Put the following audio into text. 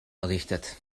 errichtet